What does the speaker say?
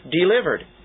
delivered